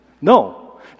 No